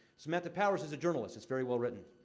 samantha powers is a journalist it's very well-written.